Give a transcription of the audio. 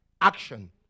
action